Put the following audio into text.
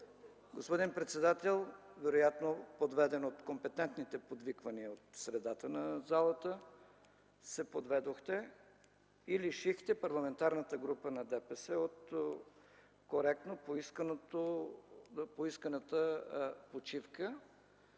Господин председател, вероятно подведен от компетентните подвиквания от средата на залата, се подведохте и лишихте Парламентарната група на ДПС от коректно поисканата почивка,